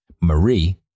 Marie